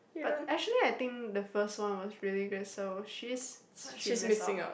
but actually I think the first one was really good so she's she miss out